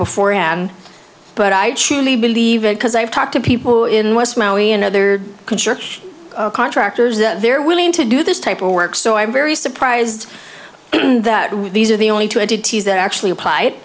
beforehand but i truly believe it because i've talked to people in west maui and other construction contractors that they're willing to do this type of work so i'm very surprised that these are the only two entities that actually applied